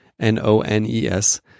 N-O-N-E-S